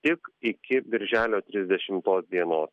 tik iki birželio tridešimtos dienos